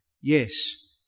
Yes